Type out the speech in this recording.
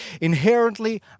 Inherently